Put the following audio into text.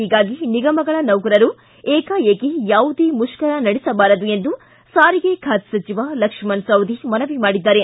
ಹೀಗಾಗಿ ನಿಗಮಗಳ ನೌಕರರು ಏಕಾಏಕಿ ಯಾವುದೇ ಮುಷ್ಕರ ನಡೆಸಬಾರದು ಎಂದು ಸಾರಿಗೆ ಖಾತೆ ಸಚಿವ ಲಕ್ಷ್ಮಣ ಸವದಿ ಮನವಿ ಮಾಡಿದ್ದಾರೆ